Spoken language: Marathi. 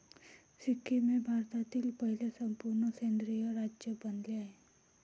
सिक्कीम हे भारतातील पहिले संपूर्ण सेंद्रिय राज्य बनले आहे